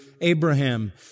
Abraham